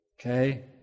okay